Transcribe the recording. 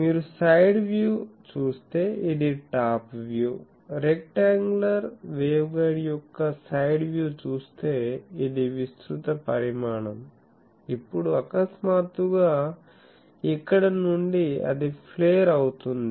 మీరు side view చూస్తే ఇది టాప్ వ్యూ రెక్టాoగులార్ వేవ్గైడ్ యొక్క సైడ్ వ్యూ చూస్తే ఇది విస్తృత పరిమాణం ఇప్పుడు అకస్మాత్తుగా ఇక్కడ నుండి అది ఫ్లేర్ అవుతుంది